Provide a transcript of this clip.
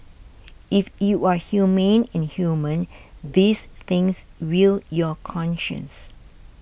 if you are humane and human these things will your conscience